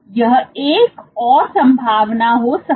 यह एक और संभावना हो सकती है